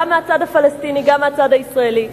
גם מהצד הפלסטיני גם מהצד הישראלי.